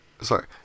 Sorry